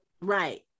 right